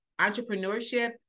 entrepreneurship